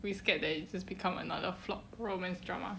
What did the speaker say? we scared that it just become another flop romance drama